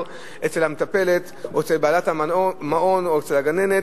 אצל המטפלת או אצל בעלת המעון או אצל הגננת,